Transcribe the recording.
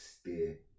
steer